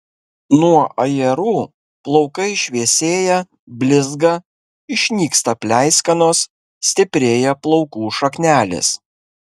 nuo ajerų plaukai šviesėja blizga išnyksta pleiskanos stiprėja plaukų šaknelės